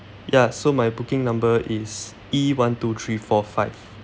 ya so my booking number is E one two three four five